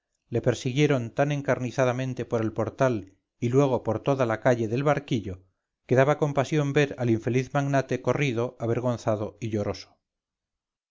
le persiguieron tan encarnizadamente por el portal y luego por toda la calle del barquillo que daba compasión ver al infeliz magnate corrido avergonzado y lloroso